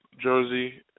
Jersey